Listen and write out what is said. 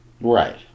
Right